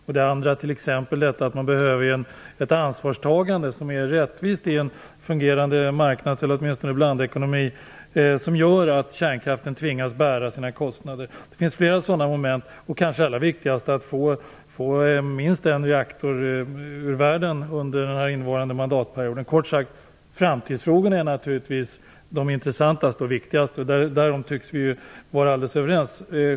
Man behöver i en fungerande marknads eller åtminstone blandekonomi ett rättvist ansvarstagande, som innebär att kärnkraften tvingas bära sina kostnader. Det finns flera moment i detta, och det kanske allra viktigaste är att få minst en reaktor ur världen under innevarande mandatperiod. Kort sagt är framtidsfrågorna de intressantaste och viktigaste, och därom tycks vi vara alldeles överens.